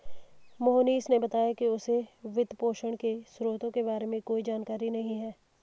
मोहनीश ने बताया कि उसे वित्तपोषण के स्रोतों के बारे में कोई जानकारी नही है